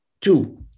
Two